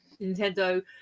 Nintendo